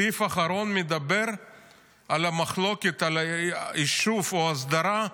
הסעיף האחרון מדבר על המחלוקת, על יישוב או הסדרה,